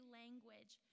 language